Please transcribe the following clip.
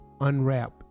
unwrap